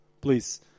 please